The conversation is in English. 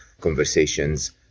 conversations